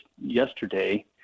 yesterday